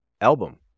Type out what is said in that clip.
album